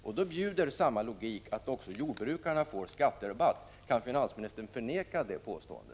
Då bjuder all logik att också jordbrukarna skall få skatterabatt. Kan finansministern förneka detta påstående?